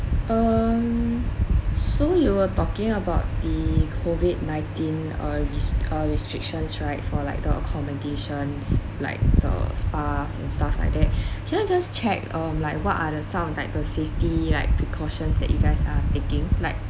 um so you were talking about the COVID nineteen uh res~ uh restrictions right for like the accommodations like the spa and stuff like that can I just check um like what are the sound like the safety like precautions that you guys are taking like